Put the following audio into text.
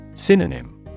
Synonym